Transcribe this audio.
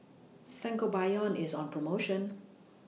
Sangobion IS on promotion